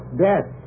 death